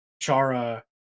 chara